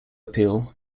appeal